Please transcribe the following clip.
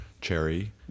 Cherry